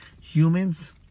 humans